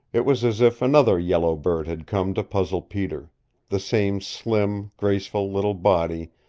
it was as if another yellow bird had come to puzzle peter the same slim, graceful little body,